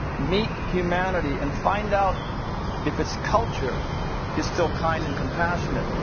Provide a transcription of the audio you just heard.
meet humanity, and find out if its culture is still kind and compassionate.